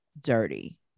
dirty